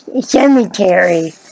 cemetery